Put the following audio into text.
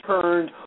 turned